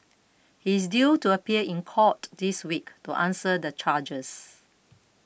he is due to appear in court this week to answer the charges